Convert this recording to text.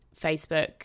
Facebook